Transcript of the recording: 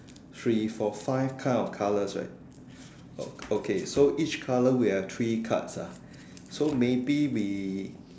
three four five kinds of colours right oh okay so each colour we have three cards ah so maybe we